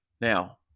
Now